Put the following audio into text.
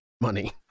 money